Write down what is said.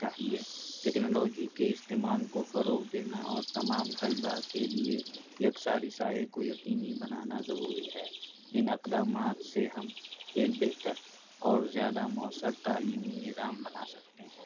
چاہیے ٹیکنالوجی کے استعمال کو فروغ دینا اور تمام طلبا کے لیے یکساں رسائی کو یقینی بنانا ضروری ہے ان اقدامات سے ہم ایک بہتر اور زیادہ موثر تعلیمی نظام بنا سکتے ہیں